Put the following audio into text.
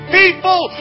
people